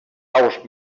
aus